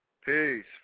Peace